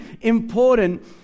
important